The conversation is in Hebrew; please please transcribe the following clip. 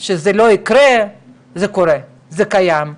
שזה לא יקרה, אבל זה קורה, זה קיים,